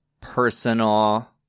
personal